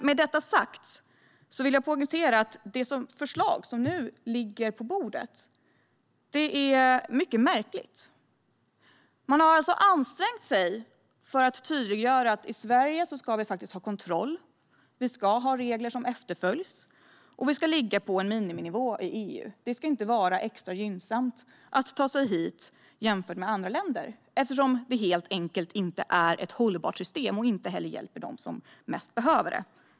Med detta sagt vill jag poängtera att det förslag som ligger på bordet är mycket märkligt. Man har ansträngt sig för att tydliggöra att vi i Sverige ska ha kontroll, vi ska ha regler som efterföljs och vi ska ligga på en miniminivå i EU. Det ska inte vara extra gynnsamt att ta sig hit jämfört med andra länder, eftersom det helt enkelt inte är ett hållbart system och heller inte hjälper dem som mest behöver det.